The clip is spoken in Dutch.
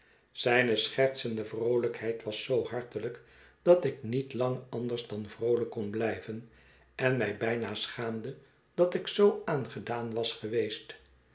zijne schertsende vroolijkheid was zoo hartelijk dat ik niet lang anders dan vroolijk kon blijven en mij bijna schaamde dat ik zoo aangedaan was geweest